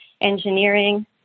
engineering